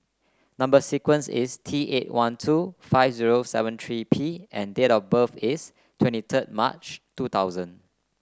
number sequence is T eight one two five zero seven three P and date of birth is twenty third March two thousand